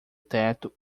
teto